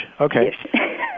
Okay